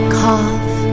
cough